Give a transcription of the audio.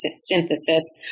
synthesis